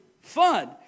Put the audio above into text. fun